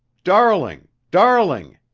darling. darling!